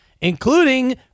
including